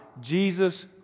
Jesus